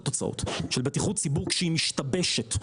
התוצאות של בטיחות ציבור כשהיא משתבשת,